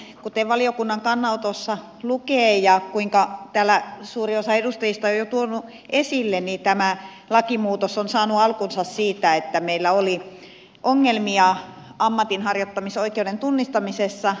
kuten valiokunnan kannanotossa lukee ja kuten täällä suuri osa edustajista on tuonut esille tämä lakimuutos on saanut alkunsa siitä että meillä oli ongelmia ammatinharjoittamisoikeuden tunnistamisessa